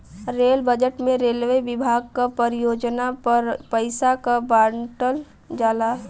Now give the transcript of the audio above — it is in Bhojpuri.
रेल बजट में रेलवे विभाग क परियोजना पर पइसा क बांटल जाला